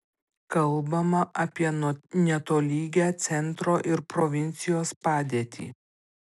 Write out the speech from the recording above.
kalbama apie netolygią centro ir provincijos padėtį